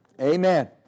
Amen